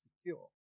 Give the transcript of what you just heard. secure